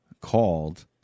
called